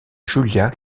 julia